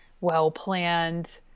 well-planned